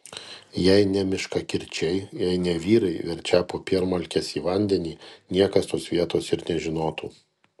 jei ne miškakirčiai jei ne vyrai verčią popiermalkes į vandenį niekas tos vietos ir nežinotų